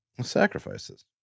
Sacrifices